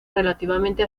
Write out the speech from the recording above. relativamente